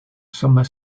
summer